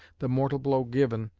the mortal blow given,